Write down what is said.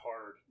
hard